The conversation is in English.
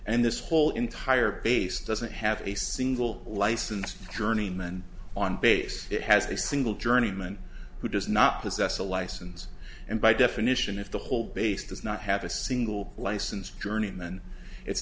and this whole entire base doesn't have a single license journeyman on base it has a single journeyman who does not possess a license and by definition if the whole base does not have a single license journeyman it's